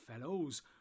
fellows